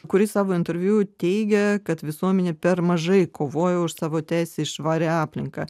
kuri savo interviu teigia kad visuomenė per mažai kovoja už savo teisę į švarią aplinką